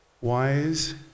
wise